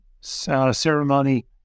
ceremony